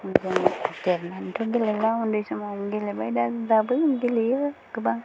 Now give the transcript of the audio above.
जों देरनानैथ' गेलेला उन्दै समाव गेलेबाय दा दाबो गेलेयो गोबां